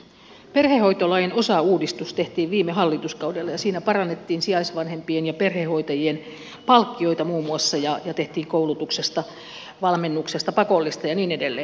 perhehoitolain osauudistus tehtiin viime hallituskaudella ja siinä parannettiin sijaisvanhempien ja perhehoitajien palkkioita muun muassa ja tehtiin koulutuksesta valmennuksesta pakollista ja niin edelleen